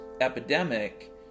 epidemic